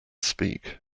speak